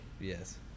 Yes